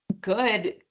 good